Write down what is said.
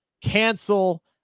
cancel